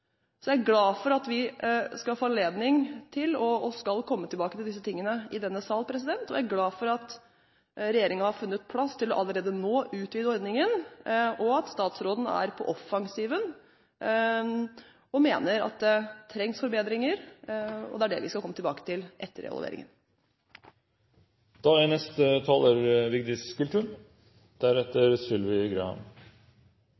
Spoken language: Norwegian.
Så er jeg glad for at vi skal få anledning til og skal komme tilbake til disse tingene i denne sal. Jeg er også glad for at regjeringen har funnet plass til allerede nå å utvide ordningen, og at statsråden er på offensiven og mener at det trengs forbedringer. Det er det vi skal komme tilbake til etter